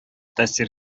тәэсир